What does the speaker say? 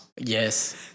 Yes